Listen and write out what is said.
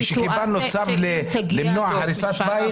הסיטואציה --- כשקיבלנו צו למנוע הריסת בית,